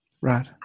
Right